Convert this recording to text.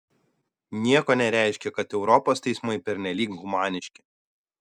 nieko nereiškia kad europos teismai pernelyg humaniški